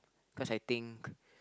cause I think